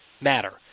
Matter